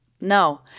No